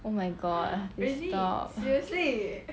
oh my god stop